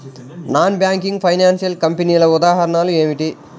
Non banking financial కంపెనీల ఉదాహరణలు ఏమిటి?